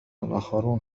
الاخرون